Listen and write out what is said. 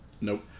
Nope